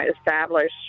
establish